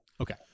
Okay